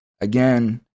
again